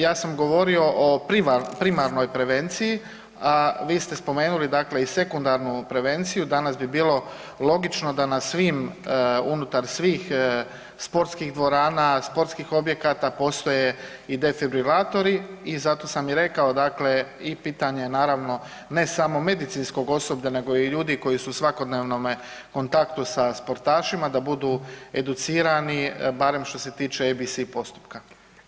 Ja sam govorio o primarnoj prevenciji, a vi ste spomenuli i sekundarnu prevenciju, danas bi bilo logično da na svim unutar svih sportskih dvorana, sportskih objekata postoje i defibrilatori i zato sam i rekao i pitanje naravno ne samo medicinskog osoblja nego i ljudi koji su u svakodnevnome kontaktu sa sportašima da budu educirani barem što se tiče ABC postupka.